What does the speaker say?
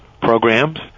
programs